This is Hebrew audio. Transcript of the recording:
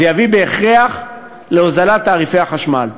זה יביא בהכרח להוזלת תעריפי החשמל.